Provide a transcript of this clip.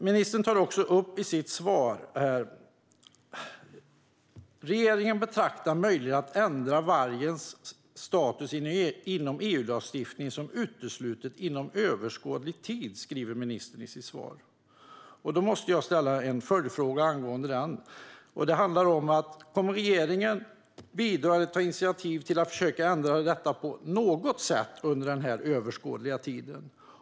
Ministern säger i sitt svar: "Regeringen betraktar möjligheten att ändra vargens status inom EU-lagstiftningen som utesluten inom överskådlig tid." Jag måste ställa en följdfråga angående detta. Kommer regeringen att bidra eller ta initiativ till att försöka ändra detta på något sätt under denna överskådliga tid?